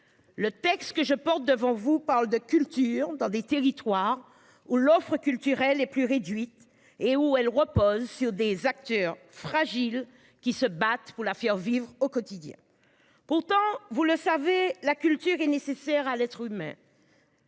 Le texte que je porte devant vous, parle de culture dans des territoires où l'offre culturelle est plus réduite et où elle repose sur des acteurs fragiles qui se battent pour la faire vivre au quotidien. Pourtant, vous le savez, la culture est nécessaire à l'être humain.